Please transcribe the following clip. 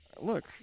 Look